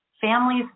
families